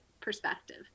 perspective